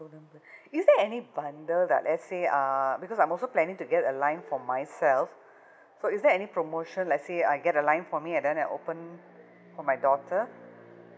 student plan is there any bundle that let's say uh because I'm also planning to get a line for myself so is there any promotion let's say I get a line for me and then I open for my daughter